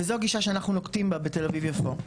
וזו הגישה שאנחנו נוקטים בה בתל אביב-יפו,